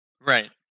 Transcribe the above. Right